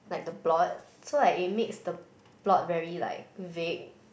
like the plot so like it makes the plot very like vague